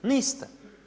Niste.